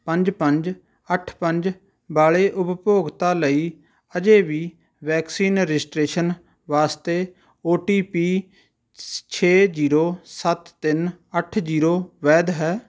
ਪੰਜ ਪੰਜ ਅੱਠ ਪੰਜ ਵਾਲੇ ਉਪਭੋਗਤਾ ਲਈ ਅਜੇ ਵੀ ਵੈਕਸੀਨ ਰਜਿਸਟ੍ਰੇਸ਼ਨ ਵਾਸਤੇ ਓ ਟੀ ਪੀ ਛੇ ਜ਼ੀਰੋ ਸੱਤ ਤਿੰਨ ਅੱਠ ਜ਼ੀਰੋ ਵੈਧ ਹੈ